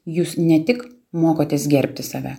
jūs ne tik mokotės gerbti save